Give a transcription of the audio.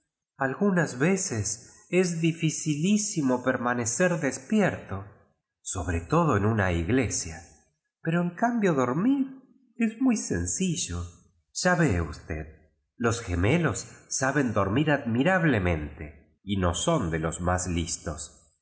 algunas veces es ditícilíainio permanecer des pierto sobre todo en una iglesia pero en cambio dormir es muy sencillo ya ve usted los gcmdits saben dormir admirablemente y no son de los más listos